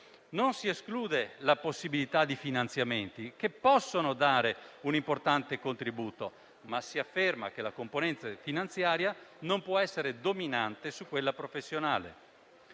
Non si esclude la possibilità di finanziamenti che possono dare un importante contributo, ma si afferma che la componente finanziaria non può essere dominante su quella professionale.